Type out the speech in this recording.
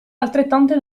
altrettante